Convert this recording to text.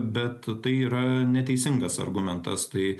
bet tai yra neteisingas argumentas tai